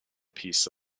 piece